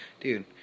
Dude